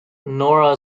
nora